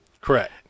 Correct